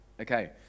Okay